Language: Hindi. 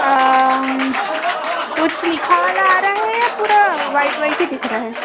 कुछ लिखा वाला आ रहा है या पूरा वाइट वाइट ही दिख रहा है